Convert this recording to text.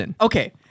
Okay